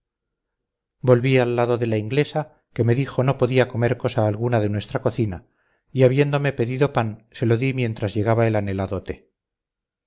volví al lado de la inglesa que me dijo no podía comer cosa alguna de nuestra cocina y habiéndome pedido pan se lo di mientras llegaba el anhelado té